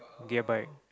gear bike